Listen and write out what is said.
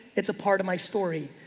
it's a part of my story.